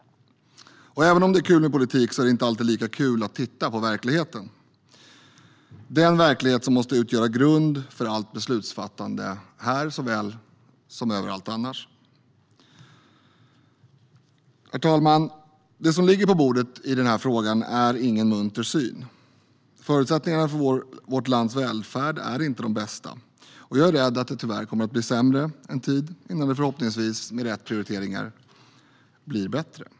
Även om det är kul med politik är det inte alltid lika kul att titta på verkligheten, den verklighet som måste utgöra grund för allt beslutsfattande, här såväl som överallt annars. Herr talman! Det som ligger på bordet i den här frågan är ingen munter syn. Förutsättningarna för vårt lands välfärd är inte de bästa. Och jag är rädd att det tyvärr kommer att bli ännu sämre en tid innan det förhoppningsvis, med rätt prioriteringar, blir bättre.